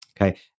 Okay